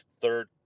third